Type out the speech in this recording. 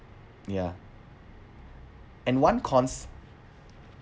ya and one cons